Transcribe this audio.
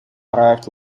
arrived